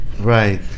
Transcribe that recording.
Right